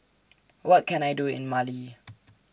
What Can I Do in Mali